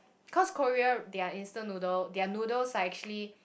cause Korea their instant noodle their noodles are actually